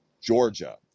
Georgia